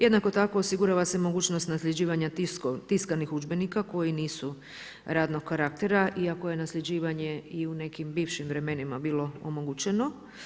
Jednako tako, osigurava se mogućnost nasljeđivanje tiskanih udžbenika koji nisu radnog karaktera, iako je nasljeđivanje i u nekim bivšim vremenima bilo omogućeno.